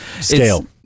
Scale